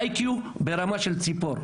איי קיו ברמה של ציפור.